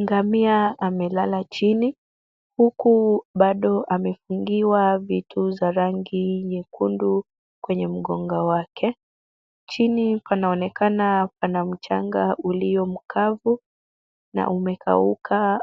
Ngamia amelala chini huku bado amefungiwa vitu za rangi nyekundu kwenye mgongo wake. Chini panaonekana pana mchanga ulio mkavu na umekauka